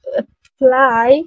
apply